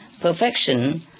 perfection